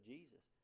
Jesus